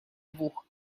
двух